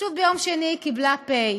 ופשוט ביום שני היא קיבלה "פ".